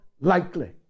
likely